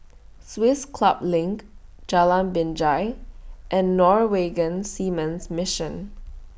Swiss Club LINK Jalan Binjai and Norwegian Seamen's Mission